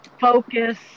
focus